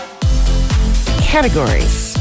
categories